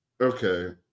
okay